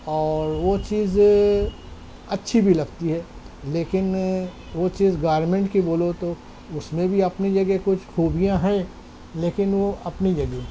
اور وہ چیز اچھی بھی لگتی ہے لیکن وہ چیز گارمنٹ کی بولو تو اس میں بھی اپنی جگہ کچھ خوبیاں ہیں لیکن وہ اپنی جگہ